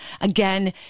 Again